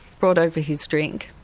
brought over his drink,